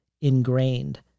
ingrained